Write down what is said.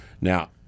Now